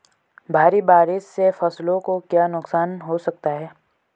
भारी बारिश से फसलों को क्या नुकसान हो सकता है?